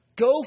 Go